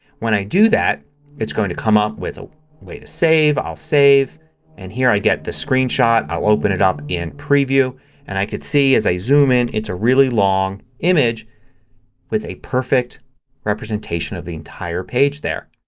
when i do that it's going to come up with a way to save. i'll save and here i'll get the screenshot. i'll open it up in preview and i can see, as i zoom in, it's a really long image with a perfect representation of the entire page there.